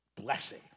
Blessing